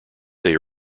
they